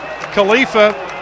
Khalifa